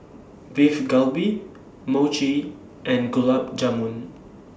Beef Galbi Mochi and Gulab Jamun